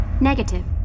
Negative